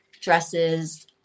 dresses